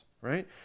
right